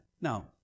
Now